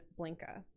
Blinka